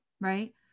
right